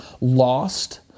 lost